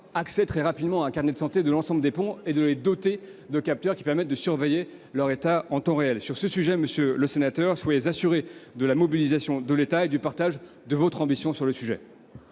très rapidement d'un carnet de santé de l'ensemble des ponts et les doter de capteurs permettant de surveiller leur état en temps réel. Sur ce sujet, monsieur le sénateur, soyez assuré de la mobilisation de l'État, qui partage votre ambition en la